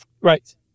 Right